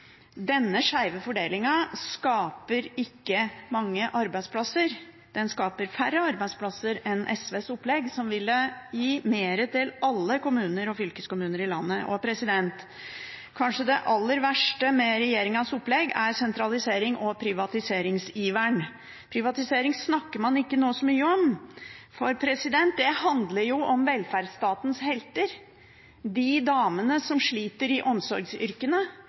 Denne skjeve fordelingen skaper ikke mange arbeidsplasser. Den skaper færre arbeidsplasser enn SVs opplegg, som ville gitt mer til alle kommuner og fylkeskommuner i landet. Kanskje det aller verste med regjeringens opplegg er sentraliserings- og privatiseringsiveren. Privatisering snakker man nå ikke så mye om, for det handler jo om velferdsstatens helter, de damene som sliter i omsorgsyrkene,